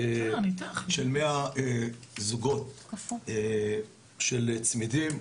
עם 100 זוגות של צמידים.